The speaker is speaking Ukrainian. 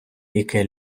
яке